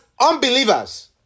unbelievers